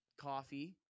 coffee